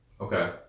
Okay